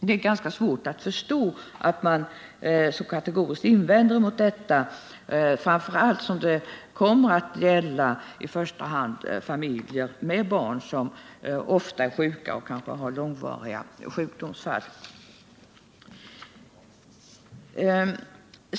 Det är ganska svårt att förstå att man så kategoriskt invänder mot detta, framför allt som det kommer att gälla i första hand familjer med barn som är sjuka ofta och kanske långvarigt.